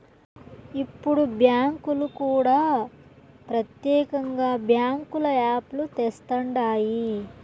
ఇప్పుడు బ్యాంకులు కూడా ప్రత్యేకంగా బ్యాంకుల యాప్ లు తెస్తండాయి